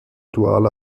duale